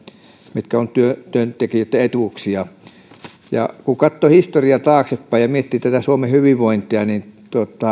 mitkä ovat työntekijöitten etuuksia kun katsoo historiaa taaksepäin ja miettii tätä suomen hyvinvointia niin